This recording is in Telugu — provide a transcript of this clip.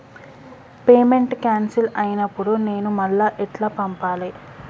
పేమెంట్ క్యాన్సిల్ అయినపుడు నేను మళ్ళా ఎట్ల పంపాలే?